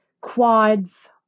quads